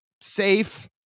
safe